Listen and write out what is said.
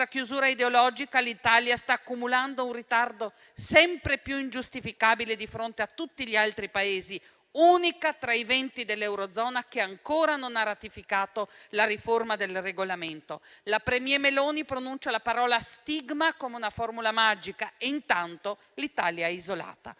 chiusura ideologica, l'Italia sta accumulando un ritardo sempre più ingiustificabile di fronte a tutti gli altri Paesi, unica tra i venti dell'eurozona che ancora non ha ratificato la riforma del regolamento. Il *premier* Meloni pronuncia la parola «stigma» come una formula magica e intanto l'Italia è isolata.